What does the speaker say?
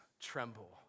tremble